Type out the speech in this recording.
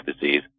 disease